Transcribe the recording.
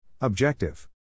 Objective